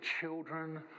children